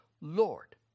Lord